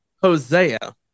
Hosea